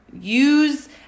Use